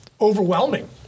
overwhelming